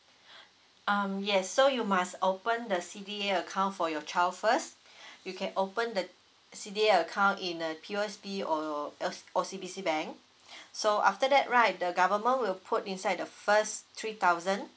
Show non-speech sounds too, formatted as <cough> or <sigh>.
<breath> um yes so you must open the C_D_A account for your child first <breath> you can open the C_D_A account in uh P_O_S_B or os~ O_C_B_C bank <breath> so after that right the government will put inside the first three thousand